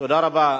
תודה רבה.